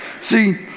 See